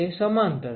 તેથી તે સમાંતર છે